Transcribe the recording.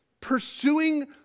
pursuing